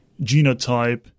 genotype